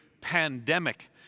pandemic